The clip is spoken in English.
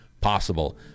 possible